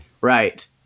Right